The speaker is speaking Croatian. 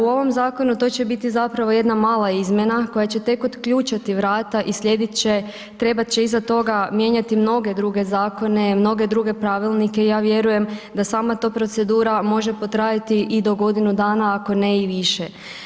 U ovom zakonu, to će biti zapravo jedna mala izmjena koja će tek otključati vrata i slijedit će, trebat će iza toga mijenjati mnoge druge zakone, mnoge druge pravilnike, ja vjerujem da sama ta procedura može potrajati i do godinu dana, ako ne i više.